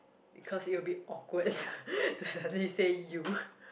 because it will be awkward to suddenly say you